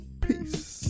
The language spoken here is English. Peace